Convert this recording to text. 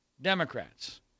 Democrats